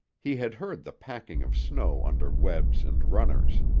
he had heard the packing of snow under webs and runners.